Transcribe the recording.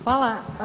Hvala.